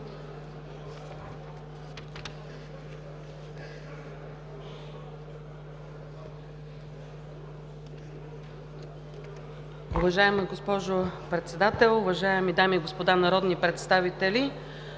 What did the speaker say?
Уважаеми господин Председател, уважаеми госпожи и господа народни представители!